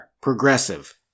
progressive